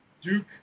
Duke